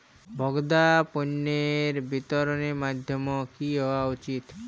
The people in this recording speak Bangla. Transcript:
ভোক্তা পণ্যের বিতরণের মাধ্যম কী হওয়া উচিৎ?